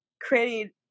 created